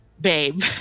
Babe